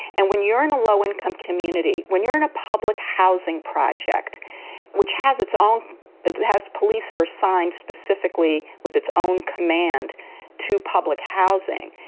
and when you're in a low income community, when you're in a public housing project which has its own has police that are signed specifically with its own command to public housing.